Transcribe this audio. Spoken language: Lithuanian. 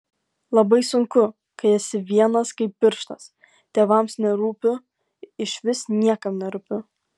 labai sunku kai esi vienas kaip pirštas tėvams nerūpiu išvis niekam nerūpiu